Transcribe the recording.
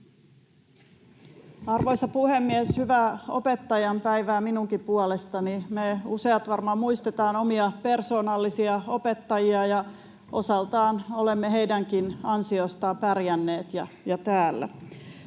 Arvoisa puhemies! Hyvää opettajan päivää minunkin puolestani. Me useat varmaan muistetaan omia persoonallisia opettajiamme ja olemme osaltaan heidänkin ansiostaan pärjänneet ja täällä.